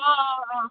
অঁ অঁ অঁ